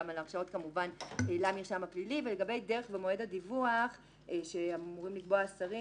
גם על הרשעות למרשם הפלילי ולגבי דרך במועד הדיווח שאמורים לקבוע שרים,